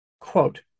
Quote